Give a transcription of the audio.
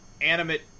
animate